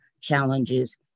challenges